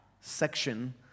section